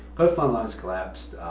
both my lungs collapsed,